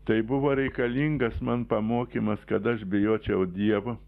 tai buvo reikalingas man pamokymas kad aš bijočiau dievo